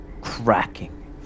cracking